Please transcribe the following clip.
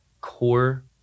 core